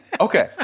Okay